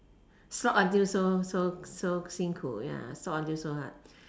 shop until so so so 辛苦 ya shop until so hard